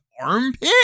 armpit